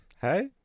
hey